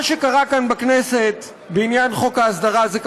מה שקרה כאן בכנסת בעניין חוק ההסדרה זה,